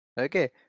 okay